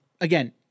again